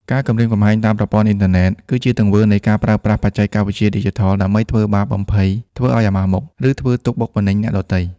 ការគំរាមកំហែងតាមប្រព័ន្ធអ៊ីនធឺណិត គឺជាទង្វើនៃការប្រើប្រាស់បច្ចេកវិទ្យាឌីជីថលដើម្បី ធ្វើបាប បំភ័យ ធ្វើឲ្យអាម៉ាស់មុខ ឬធ្វើទុក្ខបុកម្នេញ អ្នកដទៃ។